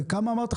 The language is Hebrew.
בכמה אמרת?